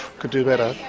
could do better.